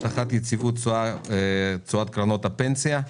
הבטחת היציבות בתשואות קרנות הפנסיה,